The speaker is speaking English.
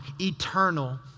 eternal